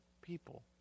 people